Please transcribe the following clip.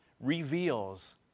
reveals